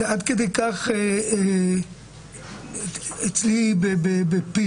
זה עד כדי כך אצלי בפעילות,